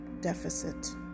deficit